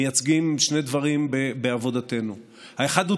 מייצגים שני דברים בעבודתנו: האחד הוא